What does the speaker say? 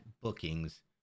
bookings